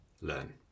learn